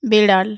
বিড়াল